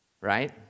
right